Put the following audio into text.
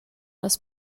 les